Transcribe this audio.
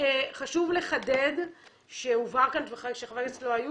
חשוב לחדד שהובהר כאן כשחברי הכנסת לא היו